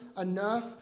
enough